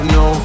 no